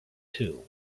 too